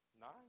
Nine